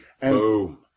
Boom